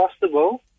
possible